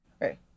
Right